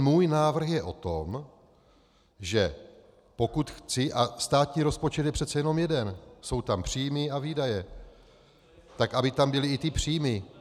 Můj návrh je o tom, že pokud chci a státní rozpočet je přece jenom jeden, jsou tam příjmy a výdaje tak aby tam byly i ty příjmy.